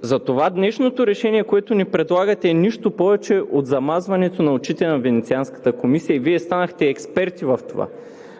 Затова днешното решение, което ни предлагате, е нищо повече от замазването на очите на Венецианската комисия и Вие станахте експерти в това.